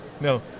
no